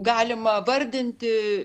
galima vardinti